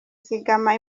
zigama